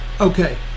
Okay